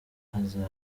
azaba